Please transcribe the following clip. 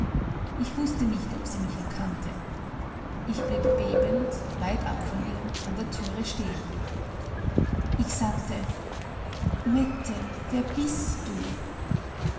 ich wußte nicht ob sie mich erkannte ich blieb bebend weit ab von ihr an der türe stehen ich sagte mette wer bist du